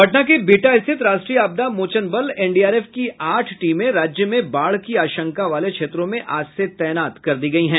पटना के बिहटा स्थित राष्ट्रीय आपदा मोचन बल एनडीआरएफ की आठ टीमें राज्य में बाढ़ की आशंका वाले क्षेत्रों में आज से तैनात कर दी गयी हैं